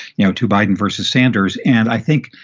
you know to biden versus sanders. and i think,